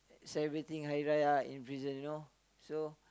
celebrating Hari-Raya in prison you know so